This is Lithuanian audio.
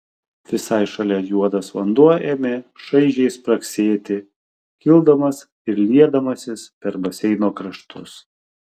visai šalia juodas vanduo ėmė šaižiai spragsėti kildamas ir liedamasis per baseino kraštus